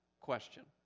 question